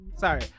Sorry